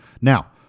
Now